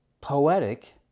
poetic